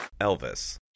Elvis